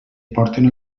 porten